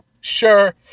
sure